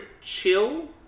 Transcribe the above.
chill